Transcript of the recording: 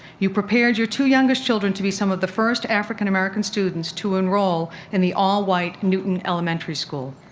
you prepared your two youngest children to be some of the first african-american students to enroll in the all-white newton elementary school.